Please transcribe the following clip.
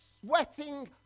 sweating